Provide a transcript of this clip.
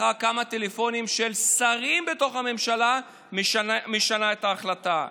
ולאחר כמה טלפונים של שרים בתוך הממשלה משנה את ההחלטה.